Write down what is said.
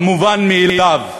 המובן מאליו.